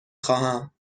خواهم